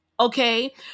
Okay